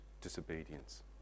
disobedience